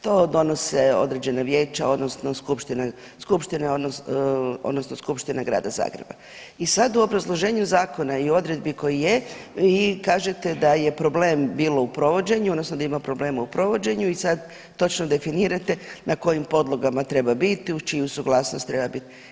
To donose određena vijeća odnosno skupštine, odnosno Skupština Grada Zagreba i sad u obrazloženju Zakona o odredbi koji je, vi kažete da je problem bilo u provođenju, odnosno da ima problema i provođenju i sad točno definirate na kojim podlogama treba biti, uz čiju suglasnost treba biti.